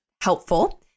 helpful